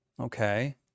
Okay